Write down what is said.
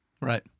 right